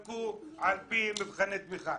והמרכזים יחלקו על פי מבחני תמיכה.